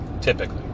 typically